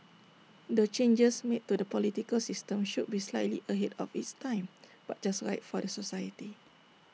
the changes made to the political system should be slightly ahead of its time but just right for the society